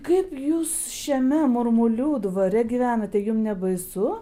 kaip jūs šiame murmulių dvare gyvenate jum nebaisu